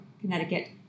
Connecticut